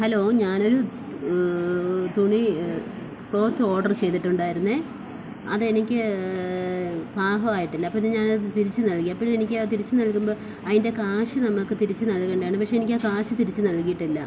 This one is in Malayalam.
ഹലോ ഞാനൊരു തുണി ക്ലോത്ത് ഓഡറ് ചെയ്തിട്ടുണ്ടായിരുന്നു അതെനിക്ക് പാകമായിട്ടില്ല അപ്പോൾ ഇത് ഞാനത് തിരിച്ചു നൽകി അപ്പോൾ എനിക്ക് അത് തിരിച്ചു നൽകുമ്പോൾ അതിൻ്റെ കാശ് നമ്മൾക്ക് തിരിച്ചു നൽകേണ്ടതാണ് പക്ഷെ എനിക്ക് ആ കാശ് തിരിച്ചു നൽകിയിട്ടില്ല